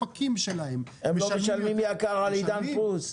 לא משלמים יקר על עידן פלוס.